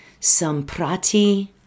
Samprati